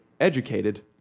educated